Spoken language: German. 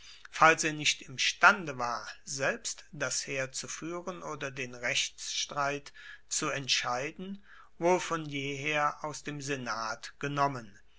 falls er nicht imstande war selbst das heer zu fuehren oder den rechtsstreit zu entscheiden wohl von jeher aus dem senat genommen